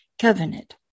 covenant